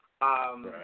Right